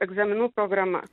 egzaminų programa